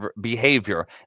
behavior